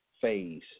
phase